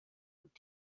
und